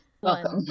Welcome